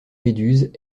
méduses